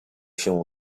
się